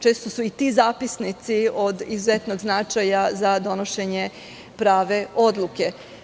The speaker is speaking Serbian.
Često su i ti zapisnici od izuzetnog značaja za donošenje prave odluke.